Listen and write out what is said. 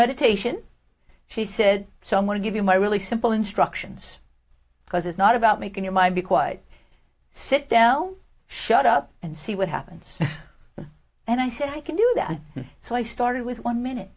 meditation she said so i'm going to give you my really simple instructions because it's not about making your mind be quite sit down shut up and see what happens and i said i can do that so i started with one minute